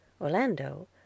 Orlando